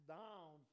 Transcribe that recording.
down